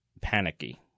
panicky